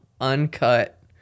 uncut